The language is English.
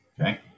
okay